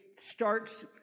starts